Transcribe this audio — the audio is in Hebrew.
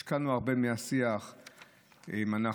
השקענו הרבה מהשיח בנושא